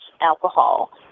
alcohol